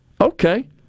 okay